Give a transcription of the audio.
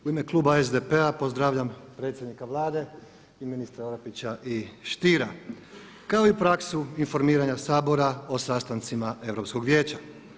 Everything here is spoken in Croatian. U ime kluba SDP-a pozdravljam predsjednika Vlade i ministre Orepića i Stiera kao i praksu informiranja Sabora o sastancima Europskog vijeća.